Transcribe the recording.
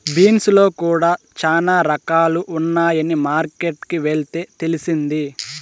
beans లో కూడా చానా రకాలు ఉన్నాయని మార్కెట్ కి వెళ్తే తెలిసింది